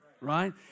right